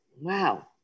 wow